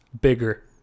Bigger